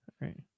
right